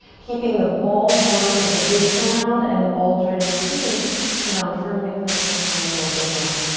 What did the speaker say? keeping the ball joint of the big toe mound and the ball joint of the pinky toe mound firmly planted on the earth as well.